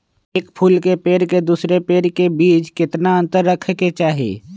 एक फुल के पेड़ के दूसरे पेड़ के बीज केतना अंतर रखके चाहि?